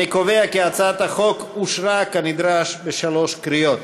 אני קובע כי הצעת החוק אושרה כנדרש בשלוש קריאות.